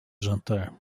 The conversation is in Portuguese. jantar